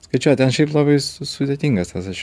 skaičiuoja ten šiaip labai su sudėtingas tas aš